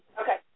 Okay